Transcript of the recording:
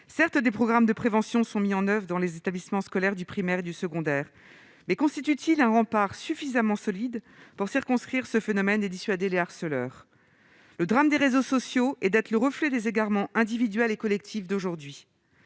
certes des programmes de prévention sont mis en un demi uvres dans les établissements scolaires du primaire et du secondaire mais constitue-t-il un rempart suffisamment solide pour circonscrire ce phénomène et dissuader le harceleur, le drame des réseaux sociaux et d'être le reflet des égarements individuel et collectif d'aujourd'hui,